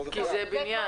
כי זה בניין.